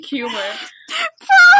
humor